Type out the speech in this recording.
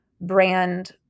brand